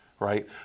Right